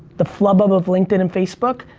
the flubub of linkedin and facebook,